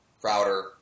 Crowder